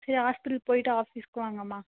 சரி ஹாஸ்பிட்டல் போய்விட்டு ஆஃபீஸ்சுக்கு வாங்கம்மா